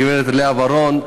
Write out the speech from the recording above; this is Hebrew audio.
הגברת לאה ורון,